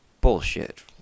bullshit